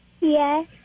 Yes